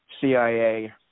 CIA